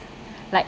like